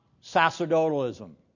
sacerdotalism